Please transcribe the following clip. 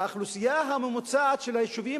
האוכלוסייה הממוצעת של היישובים